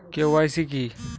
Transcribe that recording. KYC কি?